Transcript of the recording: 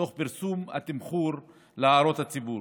תוך פרסום התמחור להערות הציבור.